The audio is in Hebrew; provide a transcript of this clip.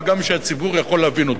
וגם שהציבור יכול להבין אותו.